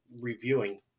reviewing